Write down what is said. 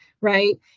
right